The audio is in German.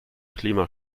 klima